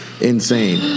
insane